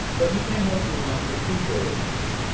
but he can help you on procedural issues.